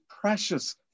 precious